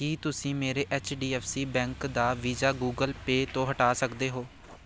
ਕੀ ਤੁਸੀਂਂ ਮੇਰੇ H D F C bank ਦਾ ਵੀਜ਼ਾ ਗੁਗਲ ਪੇਅ ਤੋਂ ਹਟਾ ਸਕਦੇ ਹੋ